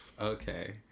okay